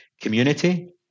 community